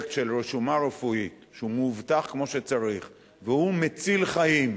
פרויקט של רשומה רפואית שהיא מאובטחת כמו שצריך והיא מצילה חיים,